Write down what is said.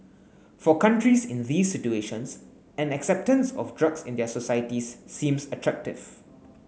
for countries in these situations an acceptance of drugs in their societies seems attractive